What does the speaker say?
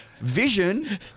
vision